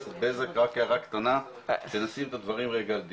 רק הערה קטנה, כדי לשים את הדברים רגע על דיוקם.